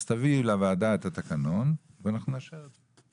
אז תביא לוועדה את התקנון ואנחנו נאשר את זה.